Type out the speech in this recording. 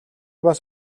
бас